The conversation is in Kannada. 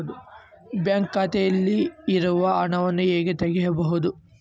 ಬ್ಯಾಂಕ್ ಖಾತೆಯಲ್ಲಿರುವ ಹಣವನ್ನು ಹೇಗೆ ತಗೋಬೇಕು?